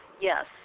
Yes